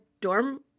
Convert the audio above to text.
dorm